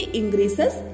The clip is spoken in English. increases